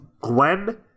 Gwen